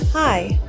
Hi